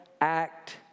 act